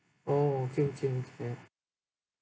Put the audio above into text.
oh okay okay yeah